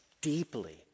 deeply